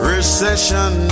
Recession